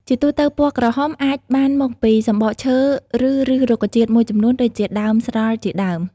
ជាទូទៅ ពណ៌ក្រហមអាចបានមកពីសំបកឈើឬឫសរុក្ខជាតិមួយចំនួនដូចជាដើមស្រល់ជាដើម។